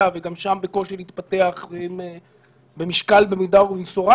אם אדוני יקבע על זה דיוני סטטוס כל חודש,